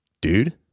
dude